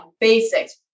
basics